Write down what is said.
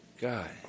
God